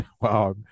Wow